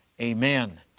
Amen